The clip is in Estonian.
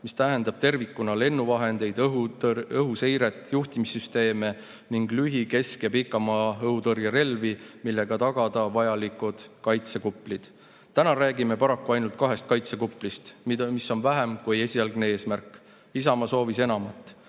mis tähendab tervikuna lennuvahendeid, õhuseiret, juhtimissüsteeme ning lühi‑, kesk‑ ja pikamaa õhutõrjerelvi, millega tagada vajalikud kaitsekuplid. Täna räägime paraku ainult kahest kaitsekuplist, mida on vähem kui esialgne eesmärk. Isamaa soovis enamat.